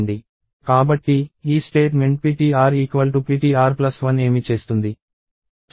కాబట్టి ఈ statement ptrptr1 ఏమి చేస్తుంది